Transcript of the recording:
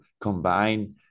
combine